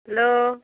hello